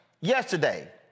yesterday